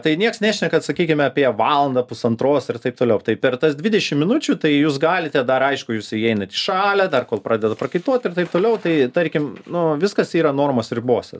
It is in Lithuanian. tai nieks nešneka sakykim apie valandą pusantros ir taip toliau tai per tas dvidešim minučių tai jūs galite dar aišku jūs įeinat įšalę dar kol pradedat prakaituoti ir taip toliau tai tarkim nu viskas yra normos ribose